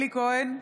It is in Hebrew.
אלי כהן,